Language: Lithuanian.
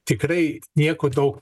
tikrai nieko daug